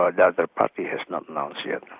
ah and other, party has not announced yet.